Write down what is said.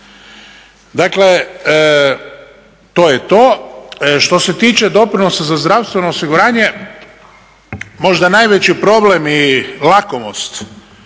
Dakle, to je to. Što se tiče doprinosa za zdravstveno osiguranje možda najveći problem i lakomost